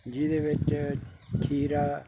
ਜਿਹਦੇ ਵਿੱਚ ਖੀਰਾ